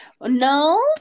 No